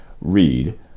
read